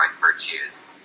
virtues